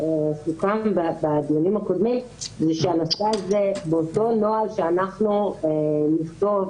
בדיונים הקודמים סיכמנו שבאותו נוהל שאנחנו נכתוב